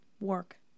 work